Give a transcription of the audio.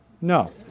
No